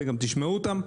אתם גם תשמעו אותם.